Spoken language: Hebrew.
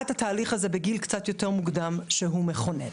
את התהליך הזה בגיל קצת יותר מוקדם שהוא מכונן.